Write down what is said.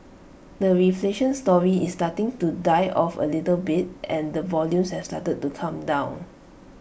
the reflation story is starting to die off A little bit and the volumes has started to come down